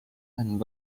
and